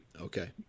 Okay